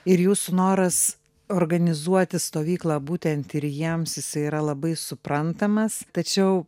ir jūsų noras organizuoti stovyklą būtent ir jiems jisai yra labai suprantamas tačiau